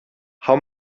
how